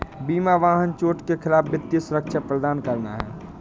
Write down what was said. वाहन बीमा चोट के खिलाफ वित्तीय सुरक्षा प्रदान करना है